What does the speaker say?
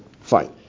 fine